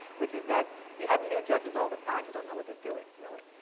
which is that you have new judges all the time who don't know what they're doing, really.